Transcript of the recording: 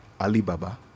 Alibaba